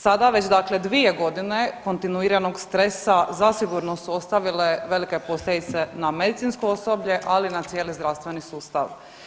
Sada već dakle dvije godine kontinuiranog stresa zasigurno su ostavile velike posljedice na medicinsko osoblje, ali i na cijeli zdravstveni sustav.